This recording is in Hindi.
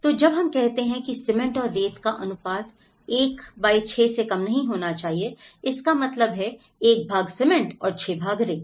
तो जब हम कहते हैं कि सीमेंट और रेत का अनुपात 1 6 से कम नहीं होना चाहिए इसका मतलब है एक भाग सीमेंट और 6 भाग रेत